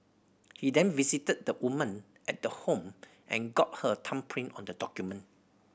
he then visited the woman at the home and got her thumbprint on the document